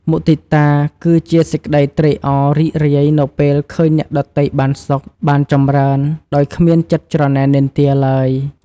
មុទិតា គឺជាសេចក្តីត្រេកអររីករាយនៅពេលឃើញអ្នកដទៃបានសុខ បានចម្រើន ដោយគ្មានចិត្តច្រណែននិន្ទាឡើយ។